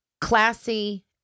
classy